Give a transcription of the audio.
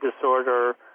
disorder